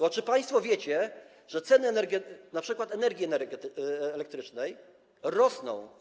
Bo czy państwo wiecie, że ceny np. energii elektrycznej rosną?